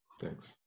Thanks